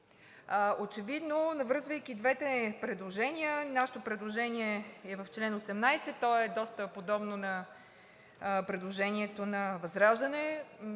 Очевидно навързвайки двете предложения – нашето предложение е в чл. 18. То е доста подобно на предложението на ВЪЗРАЖДАНЕ.